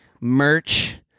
merch